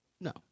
no